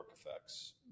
effects